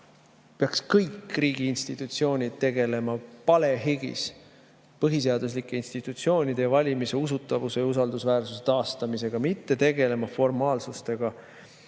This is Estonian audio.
peaks kõik riigi institutsioonid palehigis tegelema põhiseaduslike institutsioonide valimise usutavuse ja usaldusväärsuse taastamisega, mitte tegelema formaalsustega,